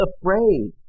afraid